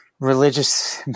religious